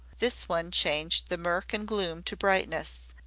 this one changed the murk and gloom to brightness,